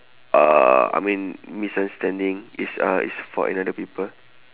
uh I mean misunderstanding is uh is for another people